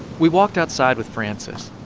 we walked outside with frances.